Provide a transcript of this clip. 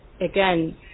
again